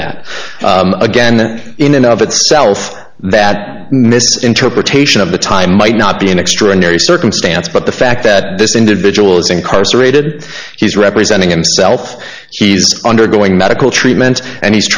that again in and of itself that misinterpretation of the time might not be an extraordinary circumstance but the fact that this individual is incarcerated he's representing himself he's undergoing medical treatment and he's